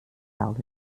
alice